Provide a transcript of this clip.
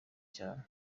cyane